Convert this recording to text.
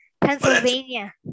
pennsylvania